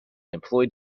employed